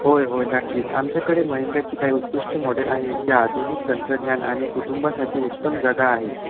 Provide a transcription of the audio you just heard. होय होय नक्कीच आमच्याकडे महिंद्राची काही उत्कृष्ट मॉडेल आहे जे आधुनिक तंत्रज्ञान आणि कुटुंबासाठी उत्तम जागा आहे